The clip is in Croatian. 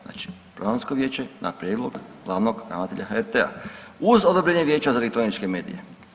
Znači programsko vijeće na prijedlog glavnog ravnatelja HRT-a uz odobrenje vijeća za elektroničke medije.